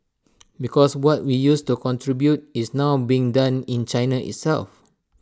because what we used to contribute is now being done in China itself